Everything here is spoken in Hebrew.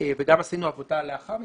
וגם עשינו עבודה לאחר מכן,